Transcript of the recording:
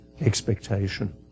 expectation